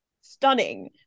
stunning